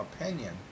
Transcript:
opinion